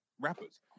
rappers